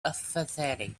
apathetic